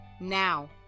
now